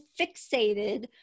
fixated